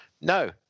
No